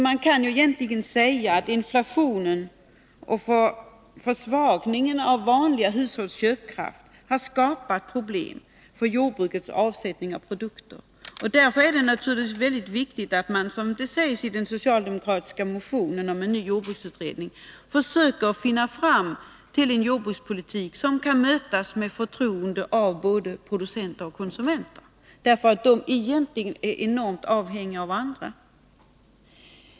Man kan egentligen säga att inflationen och försvagningen av vanliga hushålls köpkraft har skapat problem för jordbrukets avsättning av produkter. Därför är det naturligtvis väldigt viktigt att man, som sägs i den socialdemokratiska motionen om en ny jordbruksutredning, försöker nå fram till en jordbrukspolitik, som kan mötas med förtroende av både producenter och konsumenter. Egentligen är de enormt avhängiga av varandra.